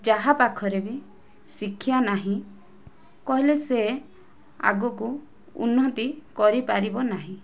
ଯାହା ପାଖରେ ବି ଶିକ୍ଷା ନାହିଁ କହିଲେ ସେ ଆଗକୁ ଉନ୍ନତି କରିପାରିବ ନାହିଁ